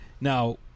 Now